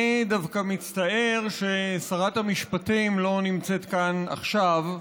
אני דווקא מצטער ששרת המשפטים לא נמצאת כאן עכשיו,